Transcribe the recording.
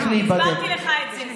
הסברתי לך את זה.